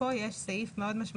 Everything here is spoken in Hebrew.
סעיף מאוד משמעותי.